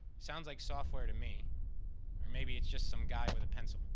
sounds like software to me or maybe it's just some guy with a pencil,